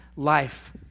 Life